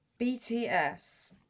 BTS